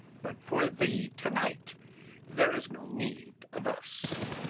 but for the to-night there is no need of us.